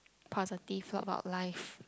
positive about life